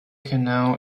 canal